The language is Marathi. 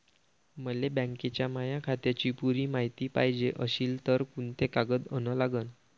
मले बँकेच्या माया खात्याची पुरी मायती पायजे अशील तर कुंते कागद अन लागन?